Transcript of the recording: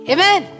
Amen